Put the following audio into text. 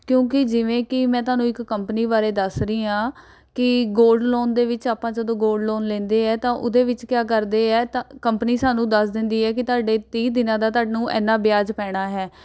ਕਿਉਂਕਿ ਜਿਵੇਂ ਕਿ ਮੈਂ ਤੁਹਾਨੂੰ ਇੱਕ ਕੰਪਨੀ ਬਾਰੇ ਦੱਸ ਰਹੀ ਹਾਂ ਕਿ ਗੋਲਡ ਲੋਨ ਦੇ ਵਿੱਚ ਆਪਾਂ ਜਦੋਂ ਗੋਲਡ ਲੋਨ ਲੈਂਦੇ ਹੈ ਤਾਂ ਉਹਦੇ ਵਿੱਚ ਕਿਆ ਕਰਦੇ ਹੈ ਤਾਂ ਕੰਪਨੀ ਸਾਨੂੰ ਦੱਸ ਦਿੰਦੀ ਹੈ ਕਿ ਤੁਹਾਡੇ ਤੀਹ ਦਿਨਾਂ ਦਾ ਤੁਹਾਨੂੰ ਇੰਨਾ ਵਿਆਜ ਪੈਣਾ ਹੈ